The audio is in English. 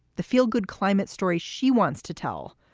the feel good climate story she wants to tell.